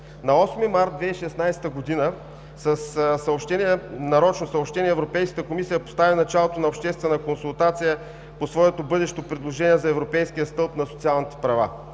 На 8 март 2016 г. с нарочно съобщение Европейската комисия постави началото на обществена консултация по своето бъдещо предложение за европейския стълб на социалните права.